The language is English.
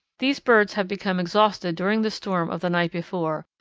these birds have become exhausted during the storm of the night before,